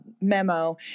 memo